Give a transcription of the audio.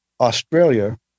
Australia